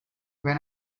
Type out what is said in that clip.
when